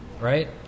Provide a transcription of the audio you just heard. right